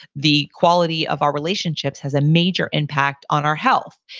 the quality of our relationships has a major impact on our health.